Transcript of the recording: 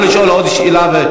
לא לשאול עוד שאלה.